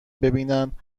ببینن